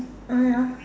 uh ya